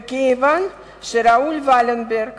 וכיוון שראול ולנברג